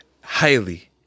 highly